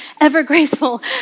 ever-graceful